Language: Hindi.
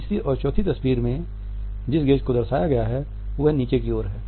तीसरी और चौथी तस्वीरों में जिस गेज़ को दर्शाया गया है वह नीचे की ओर है